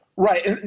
Right